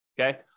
okay